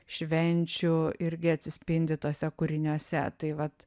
švenčių irgi atsispindi tuose kūriniuose tai vat